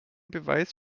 beweis